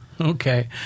Okay